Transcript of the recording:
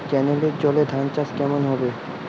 কেনেলের জলে ধানচাষ কেমন হবে?